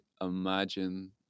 imagine